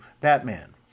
Batman